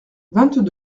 vingt